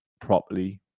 properly